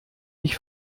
mich